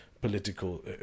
political